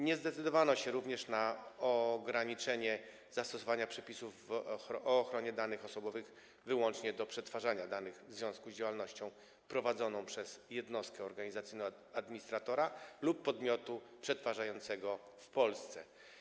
Nie zdecydowano się również na ograniczenie zastosowania przepisów o ochronie danych osobowych wyłącznie do przetwarzania danych w związku z działalnością prowadzoną przez jednostkę organizacyjną administratora lub podmiotu przetwarzającego w Polsce.